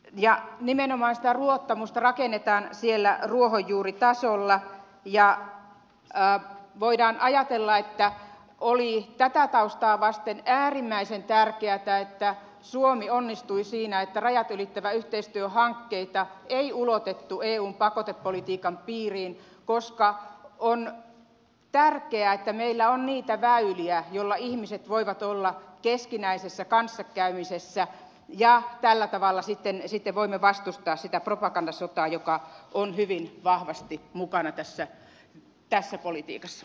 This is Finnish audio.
nimenomaan sitä luottamusta rakennetaan siellä ruohonjuuritasolla ja voidaan ajatella että oli tätä taustaa vasten äärimmäisen tärkeätä että suomi onnistui siinä että rajat ylittäviä yhteistyöhankkeita ei ulotettu eun pakotepolitiikan piiriin koska on tärkeää että meillä on niitä väyliä joilla ihmiset voivat olla keskinäisessä kanssakäymisessä ja tällä tavalla sitten voimme vastustaa sitä propagandasotaa joka on hyvin vahvasti mukana tässä politiikassa